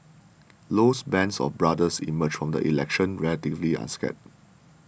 Low's band of brothers emerged from the election relatively unscathed